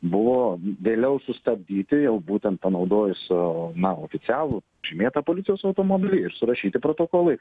buvo vėliau sustabdyti jau būtent panaudojus na oficialų žymėtą policijos automobilį ir surašyti protokolai